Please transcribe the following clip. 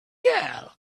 girl